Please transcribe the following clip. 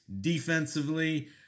defensively